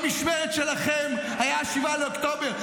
במשמרת שלכם היה 7 באוקטובר.